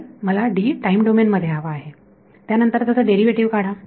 तर मला time domain मध्ये हवा आहे त्यानंतर त्याचा डेरिव्हेटिव्ह काढा